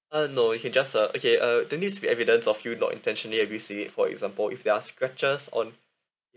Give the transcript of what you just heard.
uh no you can just uh okay uh there needs to be evidence of your not intentionally abuse it for example if there are scratches on